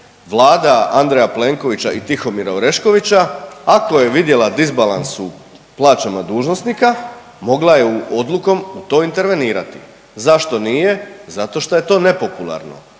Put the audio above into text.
Vlada Andreja Plenkovića i Tihomira Oreškovića, ako je vidjela disbalans u plaćama dužnosnika, mogla je odlukom to intervenirati? Zašto nije? Zato što je to nepopularno.